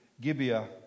Gibeah